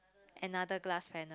another glass panel